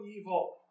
evil